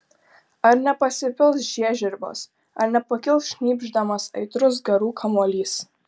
ar nepasipils žiežirbos ar nepakils šnypšdamas aitrus garų kamuolys